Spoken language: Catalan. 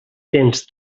tens